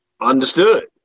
Understood